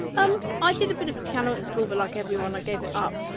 um i did a bit of piano at school but like everyone i gave it up.